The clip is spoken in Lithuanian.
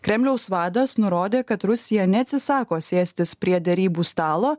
kremliaus vadas nurodė kad rusija neatsisako sėstis prie derybų stalo